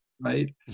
right